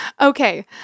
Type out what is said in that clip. Okay